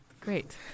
Great